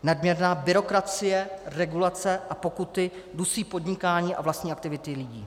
Nadměrná byrokracie, regulace a pokuty dusí podnikání a vlastní aktivity lidí.